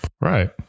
Right